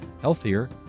healthier